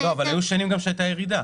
לא, אבל היו שנים גם שהייתה ירידה,